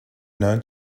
known